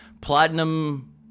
platinum